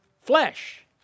Flesh